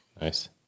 Nice